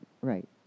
Right